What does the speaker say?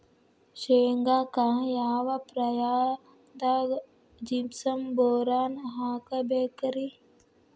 ಶೇಂಗಾಕ್ಕ ಯಾವ ಪ್ರಾಯದಾಗ ಜಿಪ್ಸಂ ಬೋರಾನ್ ಹಾಕಬೇಕ ರಿ?